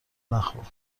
نخور